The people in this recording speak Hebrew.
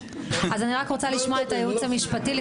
אני רק רוצה לשמוע את הייעוץ המשפטי.